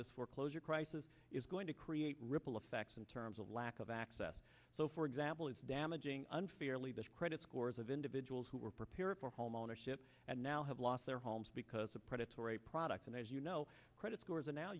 this foreclosure crisis is going to create ripple effects in terms of lack of access so for example it's damaging unfairly that credit scores of individuals who are prepared for homeownership and now have lost their homes because of predatory products and as you know credit scores are now